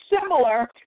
similar